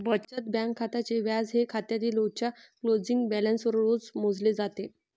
बचत बँक खात्याचे व्याज हे खात्यातील रोजच्या क्लोजिंग बॅलन्सवर रोज मोजले जाते